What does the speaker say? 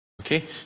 Okay